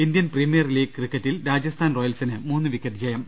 Indian premier league ക്രിക്കറ്റിൽ രാജസ്ഥാൻ റോയൽസിന് മൂന്ന് വിക്കറ്റ് ജയം